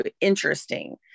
interesting